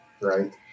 Right